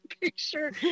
picture